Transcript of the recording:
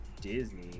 Disney